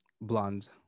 blonde